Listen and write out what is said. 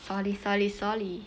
sorry sorry sorry